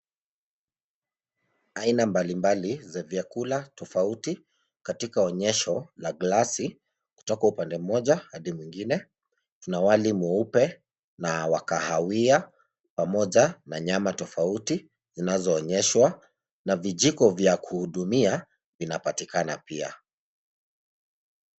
Aina mbalimbali za vyakula tofauti katika onyeshya la gilasi kutoka upande mmoja hadi mwingine. Tuna wali mweupe na wa kahawia pamoja na nyama tofauti zinazoonyeshwa na vijiko vya kuhudumia vinapatuikana pia.